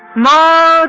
my